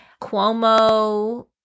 Cuomo